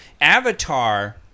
Avatar